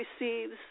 receives